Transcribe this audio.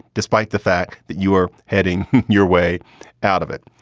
despite the fact that you are heading your way out of it.